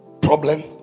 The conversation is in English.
problem